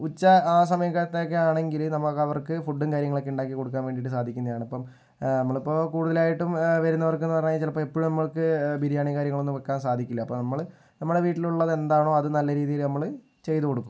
ഉച്ച ആ സമയത്ത് ഒക്കെ ആണെങ്കില് നമുക്ക് അവർക്ക് ഫുഡും കാര്യങ്ങളൊക്കെ ഉണ്ടാക്കി കൊടുക്കാൻ വേണ്ടിയിട്ട് സാധിക്കുന്നതാണ് അപ്പം നമ്മൾ ഇപ്പോൾ കൂടുതലായിട്ടും വരുന്നവർക്ക് എന്ന് പറഞ്ഞാൽ ചിലപ്പോൾ എപ്പോഴും നമുക്ക് ബിരിയാണി കാര്യങ്ങൾ ഒന്നും വെക്കാൻ സാധിക്കില്ല അപ്പം നമ്മള് നമ്മളുടെ വീട്ടിൽ എന്താണോ അത് നല്ല രീതിയിൽ നമ്മള് ചെയ്തു കൊടുക്കും